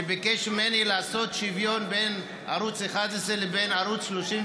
שביקש ממני לעשות שוויון בשידורים בין ערוץ 11 לבין ערוץ 33,